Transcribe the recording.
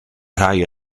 rhai